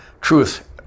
truth